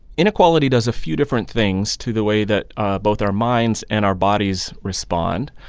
inequality does a few different things to the way that both our minds and our bodies respond.